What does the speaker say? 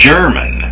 German